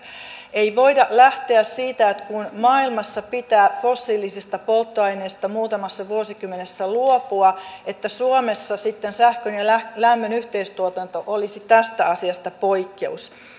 ei voida lähteä siitä että kun maailmassa pitää fossiilisista polttoaineista muutamassa vuosikymmenessä luopua niin suomessa sitten sähkön ja lämmön yhteistuotanto olisi tästä asiasta poikkeus